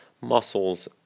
muscles